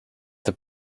have